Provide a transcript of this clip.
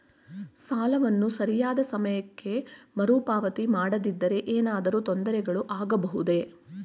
ಸಾಲವನ್ನು ಸರಿಯಾದ ಸಮಯಕ್ಕೆ ಮರುಪಾವತಿ ಮಾಡದಿದ್ದರೆ ಏನಾದರೂ ತೊಂದರೆಗಳು ಆಗಬಹುದೇ?